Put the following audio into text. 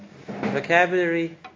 vocabulary